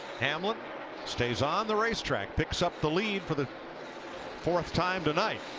hamlin stays on the racetrack. picks up the lead for the fourth time tonight.